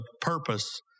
purpose